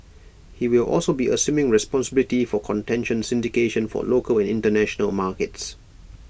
he will also be assuming responsibility for contention syndication for local and International markets